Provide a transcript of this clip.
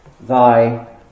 thy